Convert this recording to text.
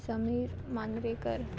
Sameer Manvekar